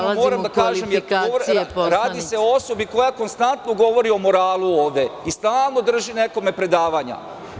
Jednostavno moram da kažem jer radi se o osobi koja konstantno govori o moralu ovde i stalno drži nekome predavanja.